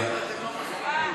היא מבררת,